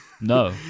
No